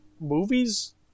movies